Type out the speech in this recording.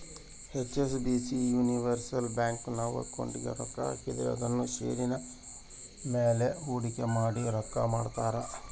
HSBC universal bank, ನಾವು ಅಕೌಂಟಿಗೆ ರೊಕ್ಕ ಹಾಕಿದ್ರ ಅದುನ್ನ ಷೇರಿನ ಮೇಲೆ ಹೂಡಿಕೆ ಮಾಡಿ ರೊಕ್ಕ ಮಾಡ್ತಾರ